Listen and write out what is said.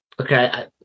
Okay